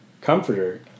comforter